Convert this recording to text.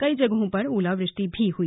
कई जगहों पर ओलावृष्टि भी हुई